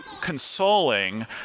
consoling